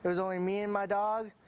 only me and my dog,